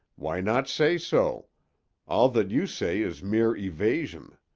why not say so all that you say is mere evasion.